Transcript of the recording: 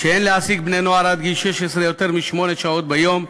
שאין להעסיק בני-נוער עד גיל 16 יותר משמונה שעות ביום.